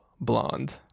Blonde